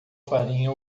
farinha